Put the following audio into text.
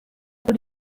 kuri